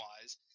wise